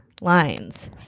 lines